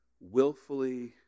willfully